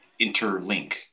interlink